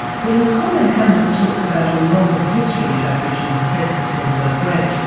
when colin hamlett talks about a long history of aboriginal presence in the weld range,